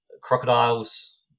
crocodiles